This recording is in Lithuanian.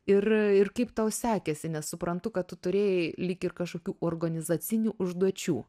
ir ir kaip tau sekėsi nes suprantu kad tu turėjai lyg ir kažkokių organizacinių užduočių